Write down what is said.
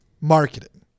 marketing